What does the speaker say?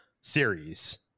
series